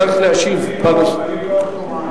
צריך להיות שר תורן.